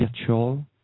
virtual